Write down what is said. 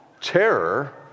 terror